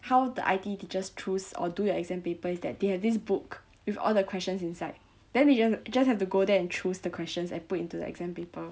how the I_T teachers choose or do the exam paper is that they have this book with all the questions inside then they just they just have to go there and choose the questions and put into the exam paper